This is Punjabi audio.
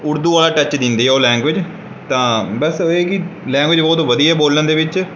ਉਰਦੂ ਵਾਲਾ ਟੱਚ ਦਿੰਦੀ ਆ ਉਹ ਲੈਂਗੁਏਜ ਤਾਂ ਬਸ ਇਹ ਕਿ ਲੈਂਗੁਏਜ ਬਹੁਤ ਵਧੀਆ ਬੋਲਣ ਦੇ ਵਿੱਚ